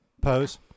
pose